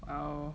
!wow!